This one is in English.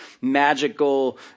magical